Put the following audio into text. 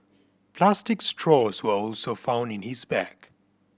plastic straws were also found in his bag